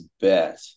bet